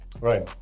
Right